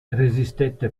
resistette